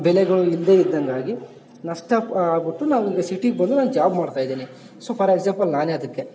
ಬೆಲೆಗಳು ಇಲ್ಲದೆ ಇದ್ದಂಗಾಗಿ ನಷ್ಟ ಆಗ್ಬಿಟ್ಟು ನಾವೀಗ ಸಿಟೀಗೆ ಬಂದು ನಾನು ಜಾಬ್ ಮಾಡ್ತಾ ಇದೀನಿ ಸೊ ಫಾರ್ ಎಕ್ಸಾಂಪಲ್ ನಾನೆ ಅದಕ್ಕೆ